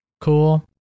cool